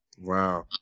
wow